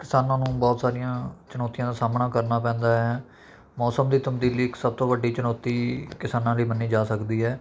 ਕਿਸਾਨਾਂ ਨੂੰ ਬਹੁਤ ਸਾਰੀਆਂ ਚੁਣੌਤੀਆਂ ਦਾ ਸਾਹਮਣਾ ਕਰਨਾ ਪੈਂਦਾ ਹੈ ਮੌਸਮ ਦੀ ਤਬਦੀਲੀ ਇੱਕ ਸਭ ਤੋਂ ਵੱਡੀ ਚੁਣੌਤੀ ਕਿਸਾਨਾਂ ਲਈ ਮੰਨੀ ਜਾ ਸਕਦੀ ਹੈ